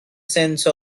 sense